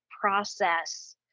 process